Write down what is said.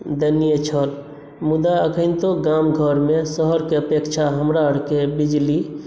दयनीय छल मुदा अखनतो गाम घरमे शहरके अपेक्षा हमरा आरके बिजली